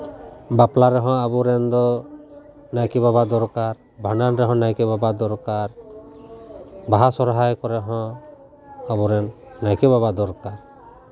ᱵᱟᱯᱞᱟ ᱨᱮᱦᱚᱸ ᱟᱵᱚ ᱨᱮᱱ ᱫᱚ ᱱᱟᱭᱠᱮ ᱵᱟᱵᱟ ᱫᱚᱨᱠᱟᱨ ᱵᱷᱟᱸᱰᱟᱱ ᱨᱮᱦᱚᱸ ᱱᱟᱭᱠᱮ ᱵᱟᱵᱟ ᱫᱚᱨᱠᱟᱨ ᱵᱟᱦᱟ ᱥᱚᱨᱦᱟᱭ ᱠᱚᱨᱮᱦᱚᱸ ᱟᱵᱚ ᱨᱮᱱ ᱱᱟᱭᱠᱮ ᱵᱟᱵᱟ ᱫᱚᱨᱠᱟᱨ